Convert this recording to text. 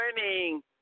morning